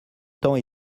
temps